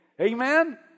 Amen